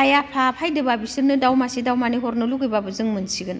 आइ आफा फैदोंबा बिसोरनो दाउ मासे दाउ मानै हरनो लुगैबाबो जों मोनसिगोन